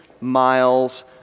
miles